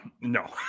no